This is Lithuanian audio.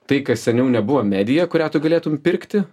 tai kas seniau nebuvo medija kurią tu galėtum pirkti